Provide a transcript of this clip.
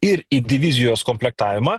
ir į divizijos komplektavimą